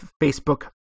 Facebook